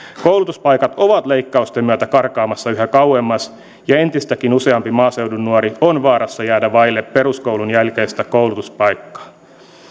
koulutuspaikat ovat leikkausten myötä karkaamassa yhä kauemmas ja entistäkin useampi maaseudun nuori on vaarassa jäädä vaille peruskoulun jälkeistä koulutuspaikkaa